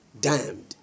damned